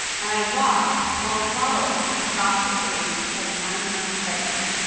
and i walked or waddled across the stage at nine months pregnant,